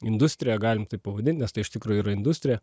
industrija galim taip pavadint nes tai iš tikrųjų yra industrija